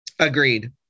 Agreed